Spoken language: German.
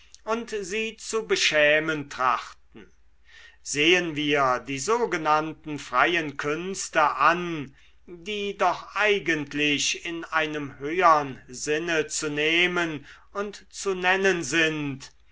und sie zu beschämen trachten sehen wir die sogenannten freien künste an die doch eigentlich in einem höhern sinne zu nehmen und zu nennen sind